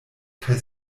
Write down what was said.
kaj